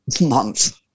month